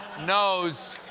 nose,